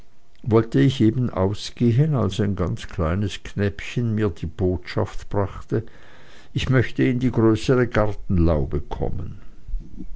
wollte ich eben ausgehen als ein ganz kleines knäbchen mir die botschaft brachte ich möchte in die größere gartenlaube kommen